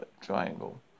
triangle